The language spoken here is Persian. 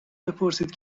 بپرسید